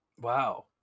Wow